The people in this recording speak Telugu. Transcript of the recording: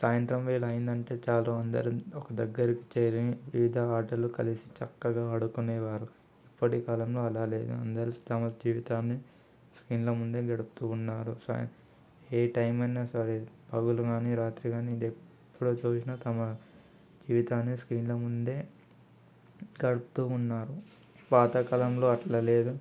సాయంత్రం వేళ అయింది అంటే చాలు అందరు ఒక దగ్గరకు చేరి వివిధ ఆటలు కలిసికట్టుగా ఆడుకునేవారు ఇప్పటి కాలంలో అలా లేదు అందరు తమ జీవితాన్ని స్క్రీన్ల ముందే గడుపుతు ఉన్నారు సా ఏ టైం అయినా సరే పగలు కానీ రాత్రి కానీ ఎప్పుడు చూసినా తమ జీవితాన్ని స్క్రీన్ల ముందే గడుపుతు ఉన్నారు పాతకాలంలో అట్లా లేదు